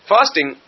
Fasting